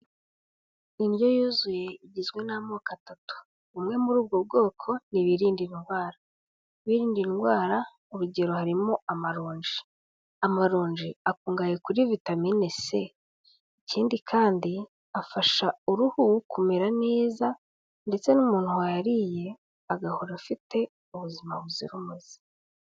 Indyo yuzuye, igizwe n'amoko atatu. Bumwe muri ubwo bwoko, ni ibirinda indwara. Ibirinda indwara urugero harimo amaronji. Amaronji akungahaye kuri vitamine C. Ikindi kandi afasha uruhu kumera neza, ndetse n'umuntu wayariye, agahora afite ubuzima buzira umuze.